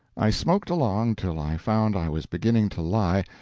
i smoked along till i found i was beginning to lie,